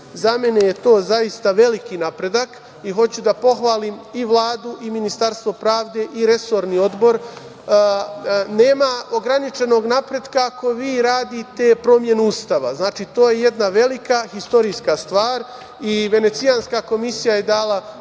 Za mene je to zaista veliki napredak i hoću da pohvalim i Vladu i Ministarstvo pravde i resorni odbor. Nema ograničenog napretka ako vi radite promenu Ustava. Znači, to je jedna velika istorijska stvar i Venecijanska komisija je dala